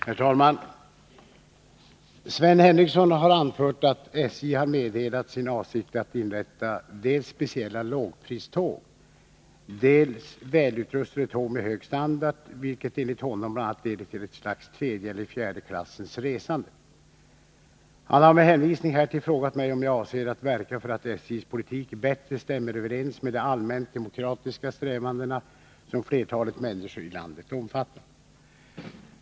Herr talman! Sven Henricsson har anfört att SJ har meddelat sin avsikt att inrätta dels speciella ”lågpriståg”, dels välutrustade tåg med hög standard, vilket enligt honom bl.a. leder till ett slags tredje eller fjärde klassens resande. Han har med hänvisning härtill frågat mig om jag avser att verka för att SJ:s politik bättre stämmer överens med de allmänt demokratiska strävanden som flertalet människor i landet omfattar.